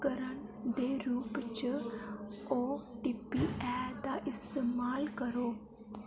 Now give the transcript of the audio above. करण दे रूप च ओटीपी ऐ दा इस्तेमाल करो